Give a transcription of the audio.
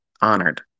honored